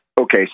Okay